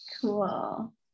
Cool